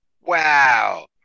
wow